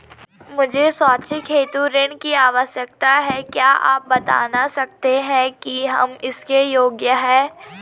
मुझे शैक्षिक हेतु ऋण की आवश्यकता है क्या आप बताना सकते हैं कि हम इसके योग्य हैं?